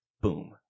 boom